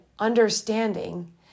understanding